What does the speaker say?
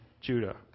Judah